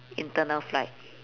internal flight